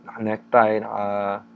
necktie